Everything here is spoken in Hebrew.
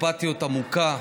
אכפתיות עמוקה